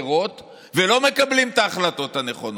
אחרות ולא מקבלים את ההחלטות הנכונות.